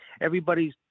Everybody's